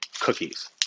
cookies